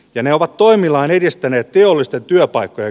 jane ovat toimillaan edistänyt teollisten työpaikkojen